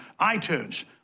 iTunes